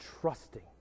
trusting